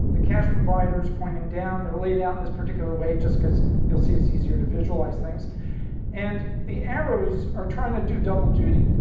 the cash providers pointing down, they're laid out in this particular way just because you'll see it's easier to visualize things and the arrows are trying to do double duty.